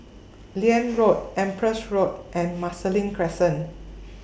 Liane Road Empress Road and Marsiling Crescent